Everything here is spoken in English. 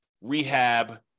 rehab